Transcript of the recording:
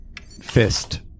Fist